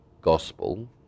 gospel